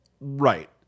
Right